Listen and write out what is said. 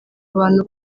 abantu